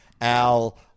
Al